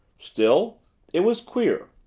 still it was queer!